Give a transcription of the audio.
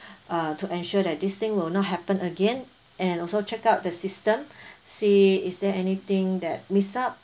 uh to ensure that this thing will not happen again and also check out the system see is there anything that's mixed up